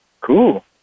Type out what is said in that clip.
cool